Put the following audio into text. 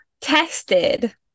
tested